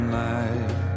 life